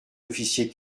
officier